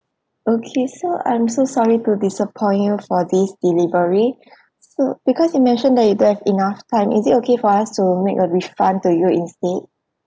okay so I'm so sorry to disappoint you for this delivery so because you mentioned that you don't have enough time is it okay for us to make a refund to you instead